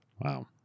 Wow